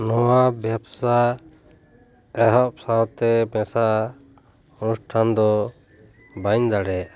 ᱱᱚᱣᱟ ᱵᱮᱵᱽᱥᱟ ᱮᱦᱚᱵ ᱥᱟᱶᱛᱮ ᱢᱮᱥᱟ ᱚᱱᱩᱥᱴᱷᱟᱱ ᱫᱚ ᱵᱟᱹᱧ ᱫᱟᱲᱮᱭᱟᱜᱼᱟ